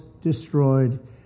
destroyed